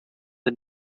the